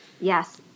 Yes